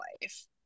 life